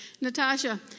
Natasha